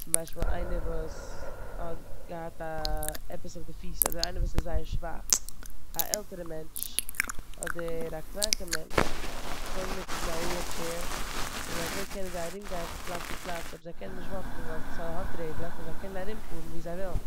צום ביישפיל איינער וואס האט געהאט א- עפעס אויף די פיס אדער איינער וואס איז זייער שוואך, א עלטערע מענטש אדער א קראנקע מענטש קענען נוצן א ווילטשעיר און אזוי קענען זיי ארומגיין פון פלאץ צו פלאץ אויב זיי קענען נישט וואקן ווייל ס'האט רעדלעך און זייי קענען ארומפארן ווי זיי ווילן.